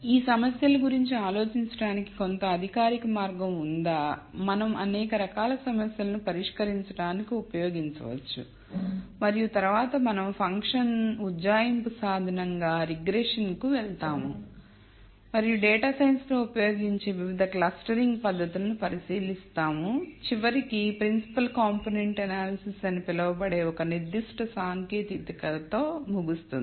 ఈ సమస్యల గురించి ఆలోచించడానికి కొంత అధికారిక మార్గం ఉందా మనం అంఅనేక రకాల సమస్యలను పరిష్కరించడానికి ఉపయోగించవచ్చు మరియు తరువాత మనం ఫంక్షన్ ఉజ్జాయింపు సాధనంగా రిగ్రెషన్కు వెళ్తాము మరియు డేటా సైన్స్లో ఉపయోగించే వివిధ క్లస్టరింగ్ పద్ధతులను పరిశీలిస్తాము మరియు చివరికి principle component analysis అని పిలువబడే ఒక నిర్దిష్ట సాంకేతికతతో ముగుస్తుంది